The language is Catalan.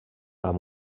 amb